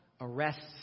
arrests